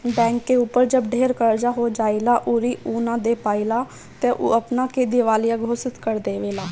bank के ऊपर जब ढेर कर्जा हो जाएला अउरी उ ना दे पाएला त उ अपना के दिवालिया घोषित कर देवेला